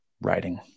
writing